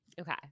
Okay